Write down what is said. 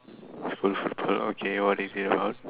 school football okay what is it about